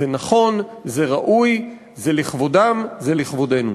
זה נכון, זה ראוי, זה לכבודם, זה לכבודנו.